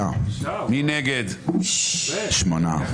הצבעה לא אושרה.